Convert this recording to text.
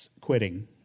quitting